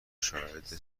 شاید